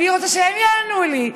אני רוצה שהם יענו לי.